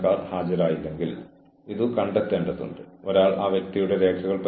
ജീവനക്കാർക്ക് അറിയില്ലെങ്കിൽ നിങ്ങൾ ജീവനക്കാരനോട് നീതി കാണിക്കുന്നില്ല